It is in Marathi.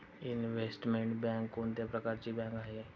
इनव्हेस्टमेंट बँक कोणत्या प्रकारची बँक आहे?